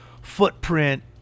footprint